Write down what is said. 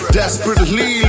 desperately